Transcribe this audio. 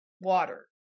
water